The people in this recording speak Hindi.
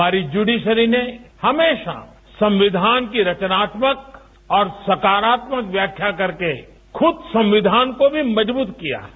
हमारी ज्यूडिशरी ने हमेशा संविधान की रचनात्मक और सकारात्मक व्याख्या करके खुद संविधान को भी मजबूत किया है